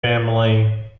family